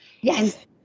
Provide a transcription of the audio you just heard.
Yes